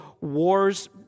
wars